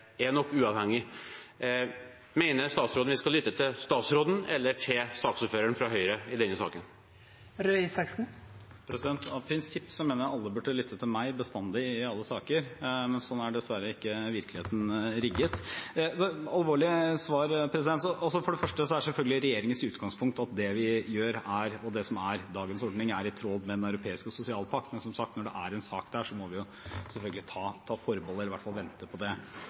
er uavhengig nok. Mener statsråden vi skal lytte til statsråden eller til saksordføreren fra Høyre i denne saken? Av prinsipp mener jeg alle burde lytte til meg bestandig, i alle saker, men sånn er dessverre ikke virkeligheten rigget. Det alvorlige svaret er: For det første er selvfølgelig regjeringens utgangspunkt at det vi gjør, og det som er dagens ordning, er i tråd med Den europeiske sosialpakt. Men som sagt: Når det er en sak der, må vi selvfølgelig ta forbehold eller i hvert fall vente på det.